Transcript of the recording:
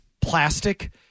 plastic